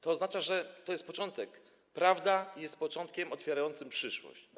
To oznacza, że to jest początek - prawda jest początkiem otwierającym na przyszłość.